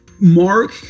Mark